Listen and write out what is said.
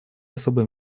особое